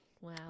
Wow